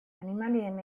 animalien